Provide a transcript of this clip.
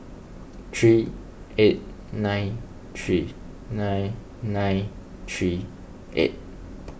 three eight nine three nine nine three eight